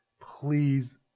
Please